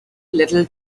little